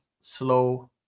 slow